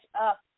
up